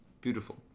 beautiful